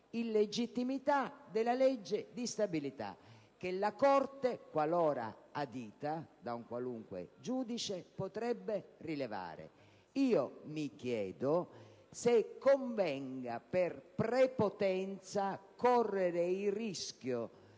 illegittimità della legge di stabilità che la Corte, qualora adita da un qualunque giudice, potrebbe rilevare. Io mi chiedo se convenga, per prepotenza, correre il rischio